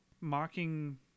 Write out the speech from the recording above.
mocking